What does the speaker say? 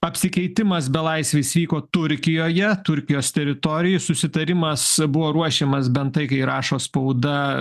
apsikeitimas belaisviais vyko turkijoje turkijos teritorijoj susitarimas buvo ruošiamas bent tai ką rašo spauda